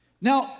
Now